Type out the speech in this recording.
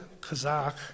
kazakh